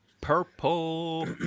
Purple